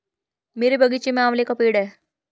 मेरे बगीचे में आंवले का पेड़ है